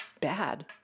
bad